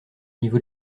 niveau